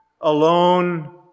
alone